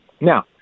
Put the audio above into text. Now